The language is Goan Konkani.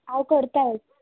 हांव करता एडजस